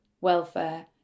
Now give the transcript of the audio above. welfare